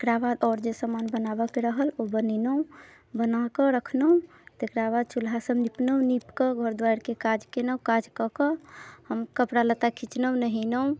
एकरा बाद आओर जे सब मन बनाबऽके रहल ओ बनेलहुँ बनाकऽ रखलहुँ तकरा बाद चूल्हा सब नीपलहुँ नीपकऽ घऽर द्वारिके काज केलहुँ काजकऽ कऽ हम कपड़ा लत्ता खीचलहुँ नहेलहुँ